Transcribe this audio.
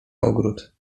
ogród